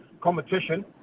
competition